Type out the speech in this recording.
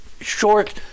short